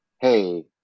hey